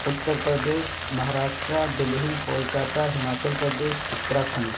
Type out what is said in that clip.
Uttar Pradesh Maharashtra Delhi Kolkata Himachal Pradesh Uttarakhand